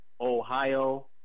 Ohio